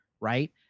right